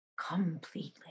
completely